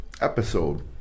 episode